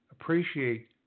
Appreciate